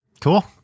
Cool